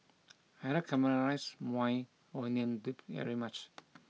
I like caramelized Maui Onion Dip very much